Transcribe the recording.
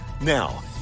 Now